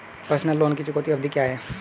Personal loan की चुकौती अवधि क्या है?